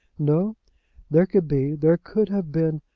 no there could be, there could have been,